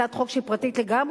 הצעת חוק שהיא פרטית לגמרי,